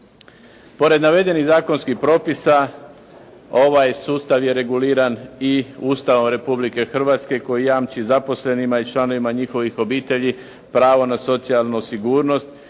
Pored navedenih zakonskih propisa ovaj sustav je reguliran i Ustavom Republike Hrvatske koji jamči zaposlenima i članovima njihovih obitelji pravo na socijalnu sigurnost